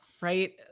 right